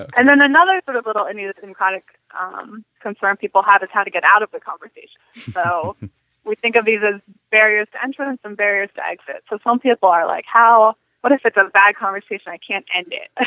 and then another sort of little idiosyncratic um concern people have is how to get out of the conversation. so we think of these as barriers to entrance and barriers to exit. some so um people are like how what if it's a bad conversation, i can't end it. ah